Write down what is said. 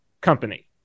company